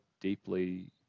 deeply